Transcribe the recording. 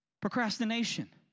Procrastination